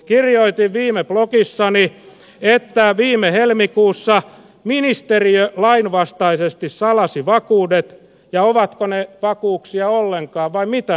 kirjoitin viime plokissani että viime helmikuussa ministeriö lainvastaisesti salasi vakuudet ja ovatko ne vakuuksia ollenkaan vai mitä ne ovat